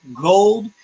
gold